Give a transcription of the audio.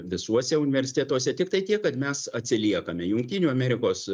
visuose universitetuose tiktai tiek kad mes atsiliekame jungtinių amerikos